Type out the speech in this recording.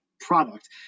product